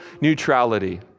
neutrality